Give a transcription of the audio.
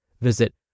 Visit